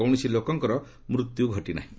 କୌଣସି ଲୋକଙ୍କର ମୃତ୍ୟୁ ଘଟିନାହିଁ